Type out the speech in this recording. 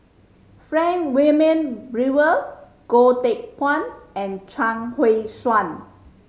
Frank Wilmin Brewer Goh Teck Phuan and Chuang Hui Tsuan